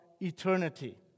eternity